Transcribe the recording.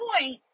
point